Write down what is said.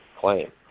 claim